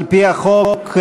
על-פי החוק,